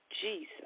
Jesus